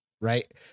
Right